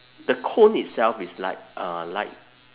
the cone itself is light uh light